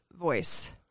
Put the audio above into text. voice